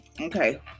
okay